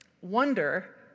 Wonder